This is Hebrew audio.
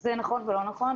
זה נכון ולא נכון.